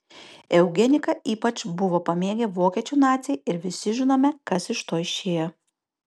eugeniką ypač buvo pamėgę vokiečių naciai ir visi žinome kas iš to išėjo